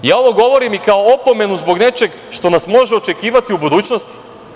Ja ovo govorim i kao opomenu zbog nečeg što nas može očekivati u budućnosti.